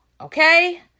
okay